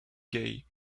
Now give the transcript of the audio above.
gay